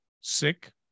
sick